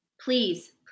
please